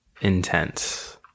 Intense